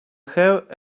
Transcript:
have